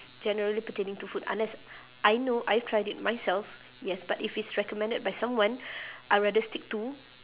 generally pertaining to food unless I know I've tried it myself yes but if it's recommended by someone I would rather stick to